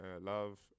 love